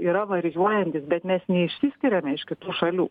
yra varijuojantys bet mes neišsiskiriame iš kitų šalių